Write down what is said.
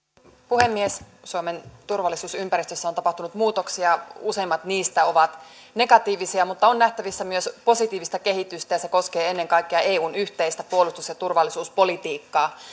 puhemies suomen turvallisuusympäristössä on tapahtunut muutoksia useimmat niistä ovat negatiivisia mutta on nähtävissä myös positiivista kehitystä ja se koskee ennen kaikkea eun yhteistä puolustus ja turvallisuuspolitiikkaa